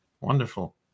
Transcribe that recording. Wonderful